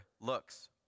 looks